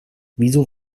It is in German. wieso